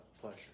pleasure